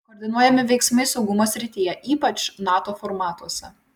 koordinuojami veiksmai saugumo srityje ypač nato formatuose